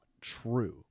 true